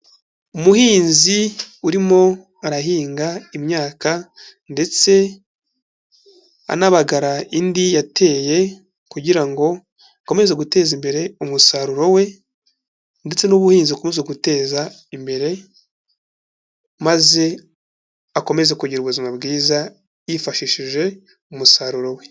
Umuhinzi urimo arahinga imyaka ndetse anabagara indi yateye, kugira ngo akomeze guteza imbere umusaruro we ndetse n'ubuhinzi bukomeze gutezwa imbere, maze akomeze kugira ubuzima bwiza yifashishije umusaruro we.